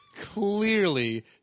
clearly